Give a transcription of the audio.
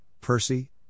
Percy